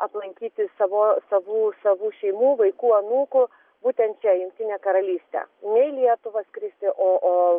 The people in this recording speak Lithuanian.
aplankyti savo savų savų šeimų vaikų anūkų būtent čia į jungtinę karalystę ne į lietuvą skristi o o